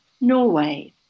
Norway